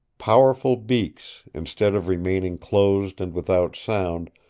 powerful beaks, instead of remaining closed and without sound,